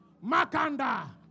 Makanda